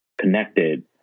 connected